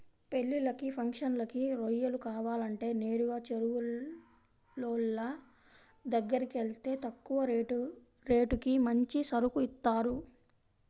పెళ్ళిళ్ళకి, ఫంక్షన్లకి రొయ్యలు కావాలంటే నేరుగా చెరువులోళ్ళ దగ్గరకెళ్తే తక్కువ రేటుకి మంచి సరుకు ఇత్తారు